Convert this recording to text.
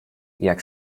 jak